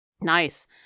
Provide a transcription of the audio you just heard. Nice